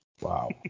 wow